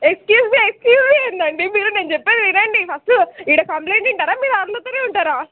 excuse me excuse me ఏంటండి మీరు నేను చెప్పేది వినండి ఫస్ట్ ఇక్కడ కంప్లైంట్ వింటారా లేదా మీరు అర్లుతూనే ఉంటారా